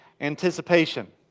anticipation